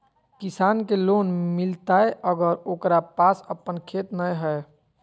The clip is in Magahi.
किसान के लोन मिलताय अगर ओकरा पास अपन खेत नय है?